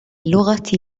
اللغة